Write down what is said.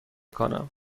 کنم